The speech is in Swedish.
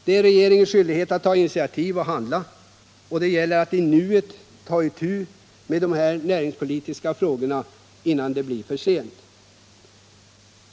Det är regeringens skyldighet att ta initiativ och handla, och det gäller att i nuet ta itu med dessa näringspolitiska frågor innan det blir för sent.